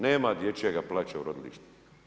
Nema dječjega plaća u rodilištima.